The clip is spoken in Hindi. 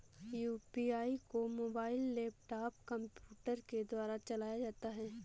यू.पी.आई को मोबाइल लैपटॉप कम्प्यूटर के द्वारा चलाया जाता है